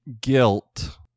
Guilt